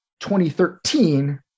2013